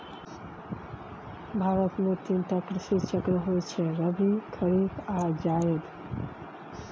भारत मे तीन टा कृषि चक्र होइ छै रबी, खरीफ आ जाएद